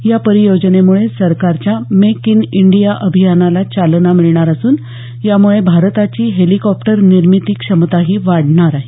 या परियोजनेमूळे सरकारच्या मेक इन इंडिया अभियानाला चालना मिळणार असून यामुळे भारताची हेलिकॉप्टर निर्मिती क्षमताही वाढणार आहे